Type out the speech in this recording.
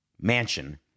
mansion